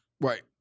Right